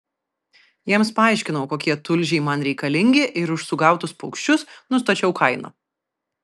jiems paaiškinau kokie tulžiai man reikalingi ir už sugautus paukščius nustačiau kainą